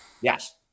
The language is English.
Yes